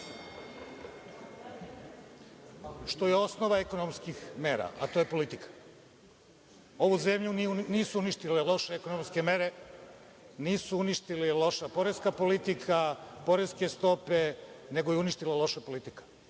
što je osnova ekonomskih mera, a to je politika. Ovu zemlju nisu uništile loše ekonomske mere, nije je uništila loša poreska politika, poreske stope, nego je uništila loša politika.